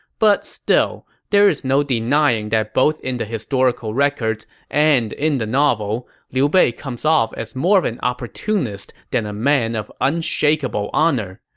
but still, there is no denying that both in the historical records and in the novel, liu bei comes off as more of an opportunist than a man of unshakable honor.